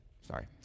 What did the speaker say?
Sorry